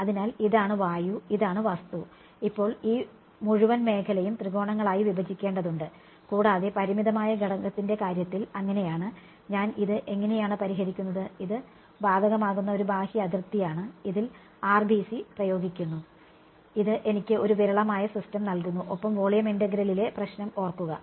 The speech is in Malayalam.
അതിനാൽ ഇതാണ് വായു ഇതാണ് വസ്തു ഇപ്പോൾ ഈ മുഴുവൻ മേഖലയും ത്രികോണങ്ങളായി വിഭജിക്കേണ്ടതുണ്ട് കൂടാതെ പരിമിതമായ ഘടകത്തിന്റെ കാര്യത്തിൽ അങ്ങനെയാണ് ഞാൻ ഇത് ഇങ്ങനെയാണ് പരിഹരിക്കുന്നത് ഇത് ബാധകമാകുന്ന ഒരു ബാഹ്യ അതിർത്തിയാണ് ഇതിൽ RBC പ്രയോഗിക്കുന്നു ഇത് എനിക്ക് ഒരു വിരളമായ സിസ്റ്റം നൽകുന്നു ഒപ്പം വോളിയം ഇന്റഗ്രലിലെ പ്രശ്നം ഓർക്കുക